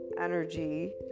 energy